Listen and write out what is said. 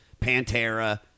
Pantera